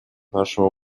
нашего